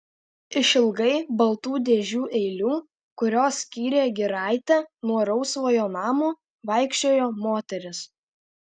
išilgai baltų dėžių eilių kurios skyrė giraitę nuo rausvojo namo vaikščiojo moteris